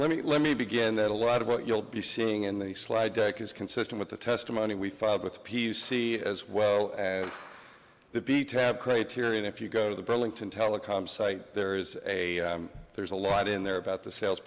let me let me begin that a lot of what you'll be seeing in the slide deck is consistent with the testimony we filed with p c as well as the b ten criterion if you go to the burlington telecom site there is a there's a lot in there about the sales